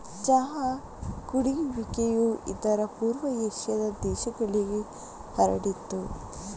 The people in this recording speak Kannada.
ಚಹಾ ಕುಡಿಯುವಿಕೆಯು ಇತರ ಪೂರ್ವ ಏಷ್ಯಾದ ದೇಶಗಳಿಗೆ ಹರಡಿತು